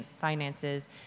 finances